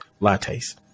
lattes